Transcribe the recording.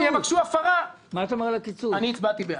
אני הצבעתי בעד.